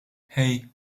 hey